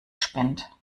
spinnt